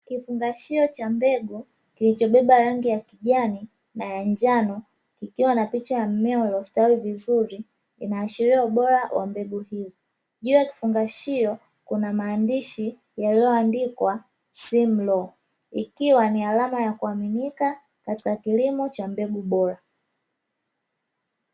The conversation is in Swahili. Kifungashi cha mbegu kilichobeba rangi ya kijani na ya njano kikiwa na pucha ya mmea iliyostawi vizuri kinaashiria ubora wa mbegu hizo, juu ya kifungashio kuna maandishi yaliyo andikwa "simlo" ikiwa ni alama ya kuaminika katika kilimo cha mbegu bora.